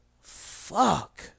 Fuck